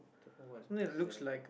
don't know what is that eh